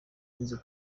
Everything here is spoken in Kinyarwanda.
inzu